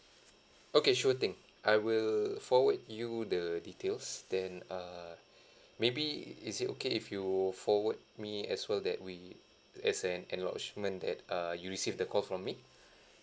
okay sure thing I will forward you the details then err maybe is it okay if you forward me as well that we as an acknowledgement that uh you received the call from me